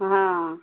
हँ